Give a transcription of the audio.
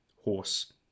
horse